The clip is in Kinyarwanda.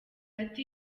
ati